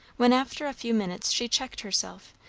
when after a few minutes she checked herself,